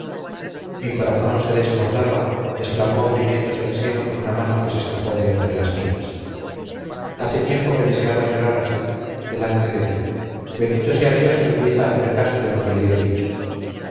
mi corazón se desborda exclamó oprimiéndose el seno con una mano que se escapó de entre las mías hace tiempo que deseaba llorar así delante de ti bendito sea dios que empieza a hacer caso de lo que le he dicho